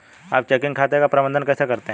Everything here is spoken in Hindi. आप चेकिंग खाते का प्रबंधन कैसे करते हैं?